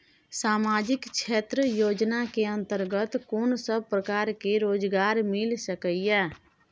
सामाजिक क्षेत्र योजना के अंतर्गत कोन सब प्रकार के रोजगार मिल सके ये?